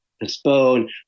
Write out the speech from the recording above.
postpone